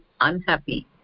unhappy